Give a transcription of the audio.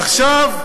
עכשיו,